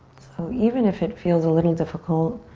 so even if it feels a little difficult,